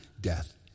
death